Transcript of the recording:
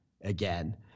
again